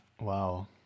Wow